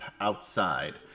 outside